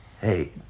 Hey